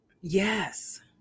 Yes